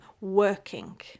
working